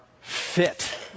fit